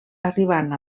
arribant